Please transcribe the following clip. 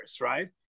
right